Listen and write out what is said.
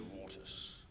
waters